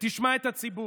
ותשמע את הציבור: